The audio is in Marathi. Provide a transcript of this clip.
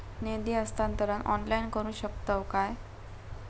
निधी हस्तांतरण ऑनलाइन करू शकतव काय?